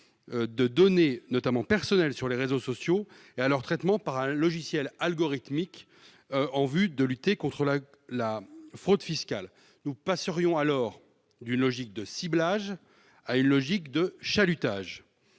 de données, notamment personnelles, sur les réseaux sociaux et à leur traitement par un logiciel algorithmique en vue de lutter contre la fraude fiscale. Nous passerions alors d'une logique de ciblage à une logique de chalutage.